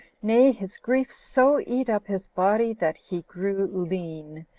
nay, his grief so eat up his body, that he grew lean,